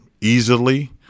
easily